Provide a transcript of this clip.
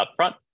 upfront